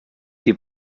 die